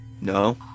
No